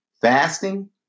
fasting